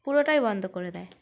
পুরোটাই বন্ধ করে দেয়